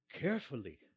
carefully